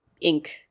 ink